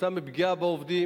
בפגיעה בעובדים.